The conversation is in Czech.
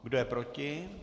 Kdo je proti?